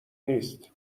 نیست